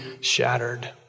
shattered